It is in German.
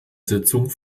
sitzung